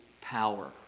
power